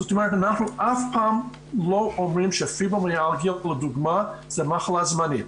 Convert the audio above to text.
זאת אומרת אנחנו אף פעם לא אומרים שפיברומיאלגיה לדוגמה היא מחלה זמנית.